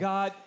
God